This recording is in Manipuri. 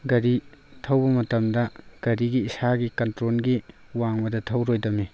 ꯒꯥꯔꯤ ꯊꯧꯕ ꯃꯇꯝꯗ ꯒꯥꯔꯤꯒꯤ ꯏꯁꯥꯒꯤ ꯀꯟꯇ꯭ꯔꯣꯜꯒꯤ ꯋꯥꯡꯃꯗ ꯊꯧꯔꯣꯏꯗꯕꯅꯤ